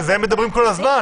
על זה הם מדברים כל הזמן,